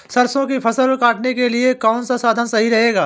सरसो की फसल काटने के लिए कौन सा साधन सही रहेगा?